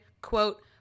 quote